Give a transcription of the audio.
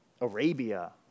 Arabia